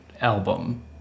album